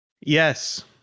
Yes